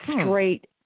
straight